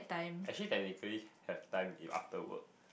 actually technically have time if after work